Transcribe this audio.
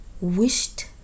wished